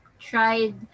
tried